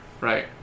Right